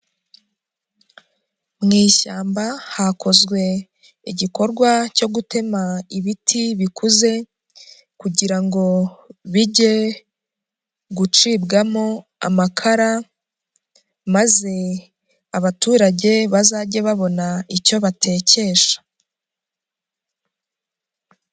Mu ishyamba hakozwe, igikorwa cyo gutema ibiti bikuze, kugira ngo bijye, gucibwamo, amakara, maze abaturage, bazajye babona icyo batekesha.